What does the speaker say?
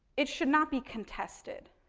it should not be contested.